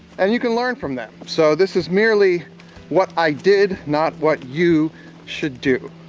and you can learn from them. so this is merely what i did, not what you should do,